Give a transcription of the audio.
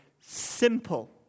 simple